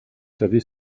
savez